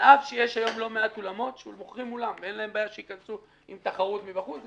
על אף שיש היום לא מעט אולמות שאין להם בעיה שייכנסו עם תחרות מבחוץ.